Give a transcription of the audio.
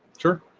sure